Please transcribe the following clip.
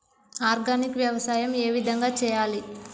Organic వ్యవసాయం ఏ విధంగా చేయాలి?